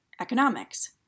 economics